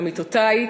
עמיתותי,